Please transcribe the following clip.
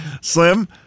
Slim